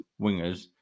wingers